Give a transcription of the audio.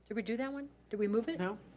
but we do that one? did we move it? no.